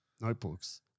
notebooks